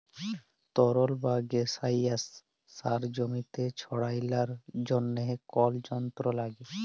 তরল বা গাসিয়াস সার জমিতে ছড়ালর জন্হে কল যন্ত্র লাগে